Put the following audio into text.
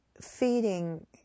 feeding